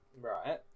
Right